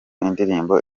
indirimbo